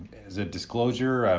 as a disclosure,